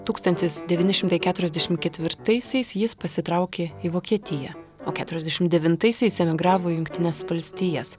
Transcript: tūkstantis devyni šimtai keturiasdešim ketvirtaisiais jis pasitraukė į vokietiją o keturiasdešim devintaisiais emigravo į jungtines valstijas